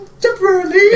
temporarily